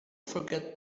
forget